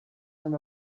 from